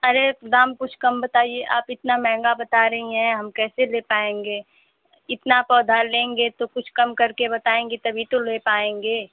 अरे दाम कुछ कम बताइए आप इतना महंगा बता रही हैं हम कैसे ले पाएँगे इतना पौधा लेंगे तो कुछ कम करके बताएँगी तभी तो ले पाएँगे